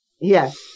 Yes